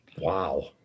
Wow